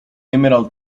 emerald